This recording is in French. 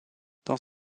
dans